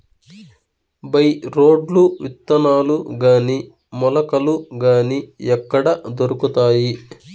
By రోడ్లు విత్తనాలు గాని మొలకలు గాని ఎక్కడ దొరుకుతాయి?